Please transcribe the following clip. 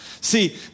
See